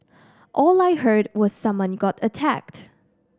all I heard was someone got attacked